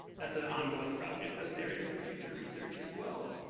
that's an ongoing project. that's an area for future research, as well.